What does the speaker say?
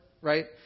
Right